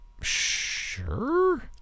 Sure